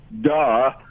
duh